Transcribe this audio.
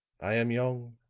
i am young,